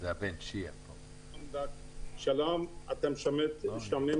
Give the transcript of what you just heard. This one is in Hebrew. שלום ליושב-ראש